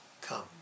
come